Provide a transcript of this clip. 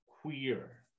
queer